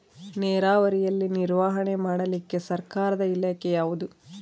ನೇರಾವರಿಯಲ್ಲಿ ನಿರ್ವಹಣೆ ಮಾಡಲಿಕ್ಕೆ ಸರ್ಕಾರದ ಇಲಾಖೆ ಯಾವುದು?